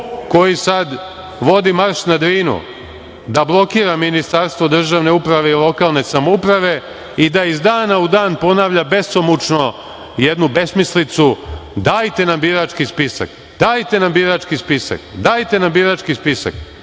koji sada vodi Marš na Drinu, da blokira Ministarstvo državne uprave i lokalne samouprave i da iz dana u dan ponavlja besomučno jednu besmislicu dajte nam birački spisak, dajte nam birački spisak i mi smo